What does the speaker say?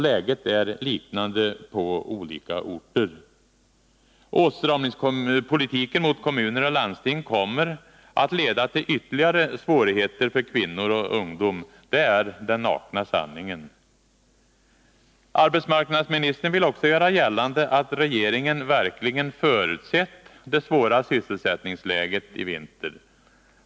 Läget är på andra orter liknande. Åtstramningspolitiken mot kommuner och landsting kommer att leda till ytterligare svårigheter för kvinnor och ungdom. Det är den nakna sanningen. Arbetsmarknadsministern vill också göra gällande att regeringen verkligen förutsett det svåra sysselsättningsläget i vinter.